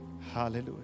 Hallelujah